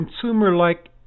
consumer-like